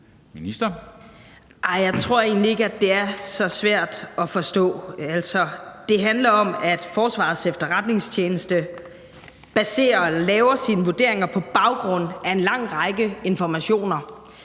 Bramsen): Jeg tror egentlig ikke, at det er så svært at forstå. Altså, det handler om, at Forsvarets Efterretningstjeneste laver deres vurderinger på baggrund af en lang række informationer,